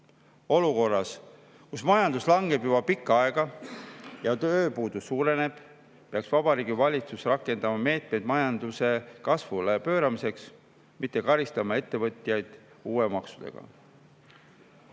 Olukorras, kus majandus langeb juba pikka aega ja tööpuudus suureneb, peaks Vabariigi Valitsus rakendama meetmeid majanduse kasvule pööramiseks, mitte karistama ettevõtjaid uute maksudega.